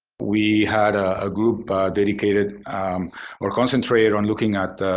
we had a ah group dedicated or concentrated on looking at